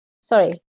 Sorry